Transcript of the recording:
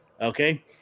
okay